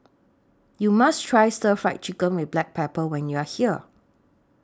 YOU must Try Stir Fried Chicken with Black Pepper when YOU Are here